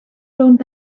rownd